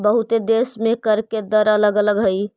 बहुते देश में कर के दर अलग अलग हई